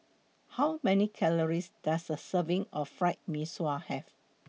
How Many Calories Does A Serving of Fried Mee Sua Have